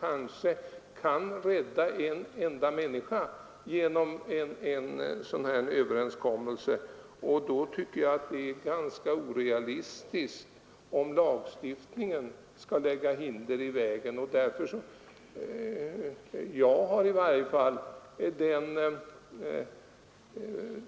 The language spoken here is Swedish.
Kan man rädda en enda människa genom en sådan här överenskommelse tycker jag att det är orealistiskt att låta lagstiftningen lägga hinder i vägen. Jag har i varje fall